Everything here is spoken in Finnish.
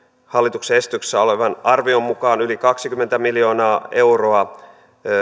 hallituksen esityksessä olevan arvion mukaan yli kaksikymmentä miljoonaa euroa